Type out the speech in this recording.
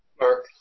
Mark